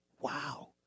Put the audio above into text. Wow